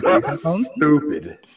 stupid